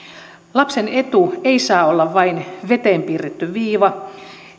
lapsen etu ei saa olla vain veteen piirretty viiva